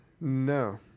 No